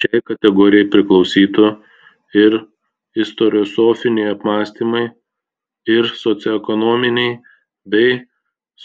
šiai kategorijai priklausytų ir istoriosofiniai apmąstymai ir socioekonominiai bei